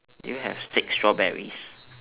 do you have six strawberries